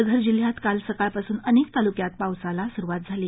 पालघर जिल्ह्यात काल सकाळ पासून अनेक तालुक्यात पावसाला सुरुवात झाली